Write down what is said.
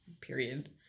period